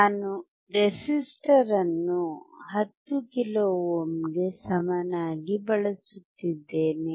ನಾನು ರೆಸಿಸ್ಟರ್ ಅನ್ನು 10 ಕಿಲೋ ಓಮ್ಗೆ ಸಮನಾಗಿ ಬಳಸುತ್ತಿದ್ದೇನೆ